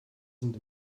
sind